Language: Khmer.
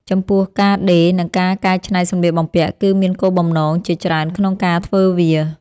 ចំពោះ ការដេរ និងការកែច្នៃសម្លៀកបំពាក់ គឺមានគោលបំណងជាច្រើនក្នុងការធ្វើវា។